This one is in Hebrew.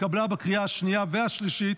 התקבלה בקריאה השנייה והשלישית,